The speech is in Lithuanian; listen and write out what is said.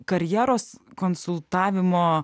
karjeros konsultavimo